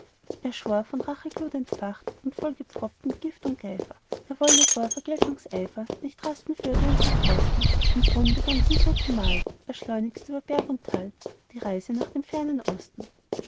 er schwor von racheglut entfacht und vollgepfropft mit gift und geifer er wolle vor vergeltungseifer nicht rasten fürder und nicht rosten und drum begann zum drittenmal er schleunigst über berg und tal die reise nach dem fernen osten